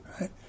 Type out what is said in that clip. right